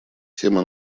тема